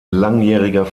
langjähriger